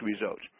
results